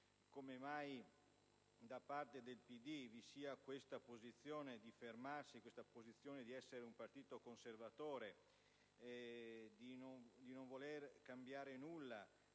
come mai da parte del PD vi sia questa posizione di fermarsi, di essere un partito conservatore, di non voler cambiare nulla,